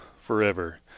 forever